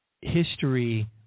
History